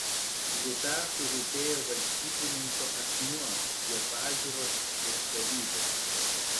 plutarchui rūpėjo valstybininko asmuo jo pažiūros ir savybės